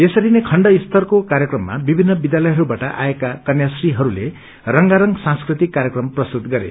यसरी नै खण्ड स्तरको कार्यक्रममा विभिन्न विद्यालयहरूबाट आएका कन्याश्रीहरूले रंगारंग सांस्कृतिक कार्यक्रम प्रस्तुत गरे